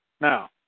Now